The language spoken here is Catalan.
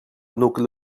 nucli